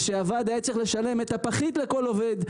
הוועד היה צריך לשלם על פחית לכל עובד,